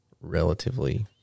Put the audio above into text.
relatively